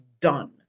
done